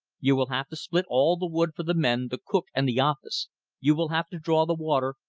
you will have to split all the wood for the men, the cook, and the office you will have to draw the water,